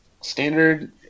standard